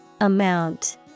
Amount